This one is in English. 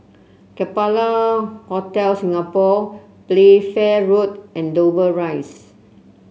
Capella Hotel Singapore Playfair Road and Dover Rise